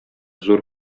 зур